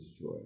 joy